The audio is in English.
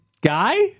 guy